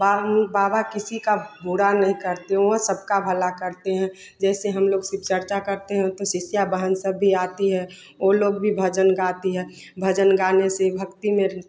बाबा किसी का बुरा नहीं करते वह सब का भला करते हैं जैसे हम लोग सिर्फ चर्चा करते हैं तो शिष्य बहन सब भी आती है उन लोग भी भजन गाती हैं भजन गाने से भक्ति में